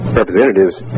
representatives